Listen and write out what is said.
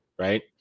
right